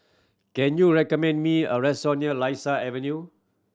can you recommend me a restaurant near Lasia Avenue